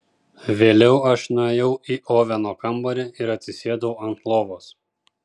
vėliau aš nuėjau į oveno kambarį ir atsisėdau ant lovos